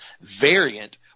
variant